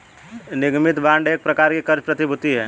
निगमित बांड एक प्रकार की क़र्ज़ प्रतिभूति है